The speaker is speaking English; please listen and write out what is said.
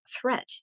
threat